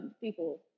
people